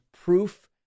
proof